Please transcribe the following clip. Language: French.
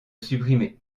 supprimer